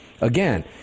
Again